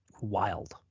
wild